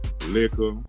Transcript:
liquor